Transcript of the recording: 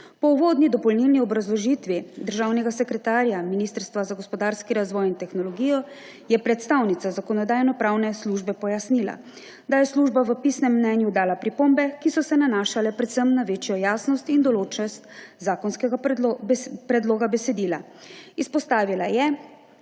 Po uvodni dopolnilni obrazložitvi državnega sekretarja Ministrstva za gospodarski razvoj in tehnologijo je predstavnica Zakonodajno-pravne službe pojasnila, da je služba v pisnem mnenju dala pripombe, ki so se nanašale predvsem na večjo jasnost in določnost zakonskega predloga besedila. Izpostavila je,